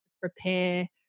prepare